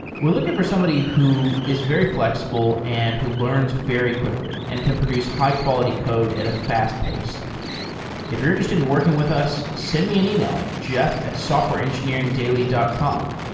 we're looking for somebody who is very flexible and who learns very quickly and can produce high-quality code at a fast pace if you're interested in working with us, send me an e-mail, jeff at softwareengineeringdaily dot com.